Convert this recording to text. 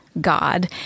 god